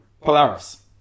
Polaris